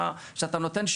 לדוגמה,